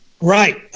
Right